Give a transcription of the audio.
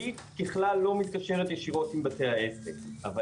"ביט" ככלל לא מתקשרת ישירות עם בתי העסק אבל